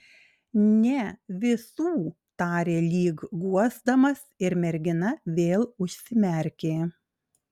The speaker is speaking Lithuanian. ne visų tarė lyg guosdamas ir mergina vėl užsimerkė